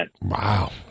Wow